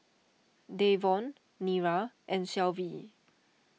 Davon Nira and Shelvie